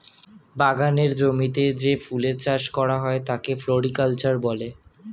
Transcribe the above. বাগানের জমিতে যে ফুলের চাষ করা হয় তাকে ফ্লোরিকালচার বলে